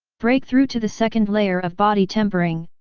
break through to the second layer of body tempering,